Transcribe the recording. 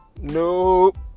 Nope